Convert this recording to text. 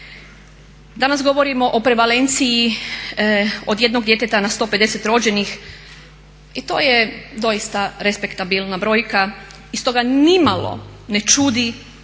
Danas govorimo o prevalenciji od jednog djeteta na 150 rođenih i to je doista respektabilna brojka i stoga nimalo ne čudi da